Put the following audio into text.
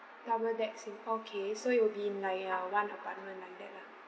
double deck sing~ okay so it will be like uh one apartment like that lah